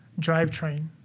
drivetrain